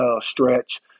stretch